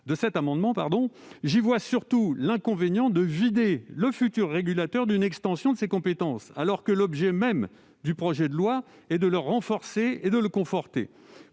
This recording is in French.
de cet amendement. J'y vois surtout l'inconvénient de priver le futur régulateur d'une extension de ses compétences, alors que l'objet même du projet de loi est de le renforcer et de le conforter.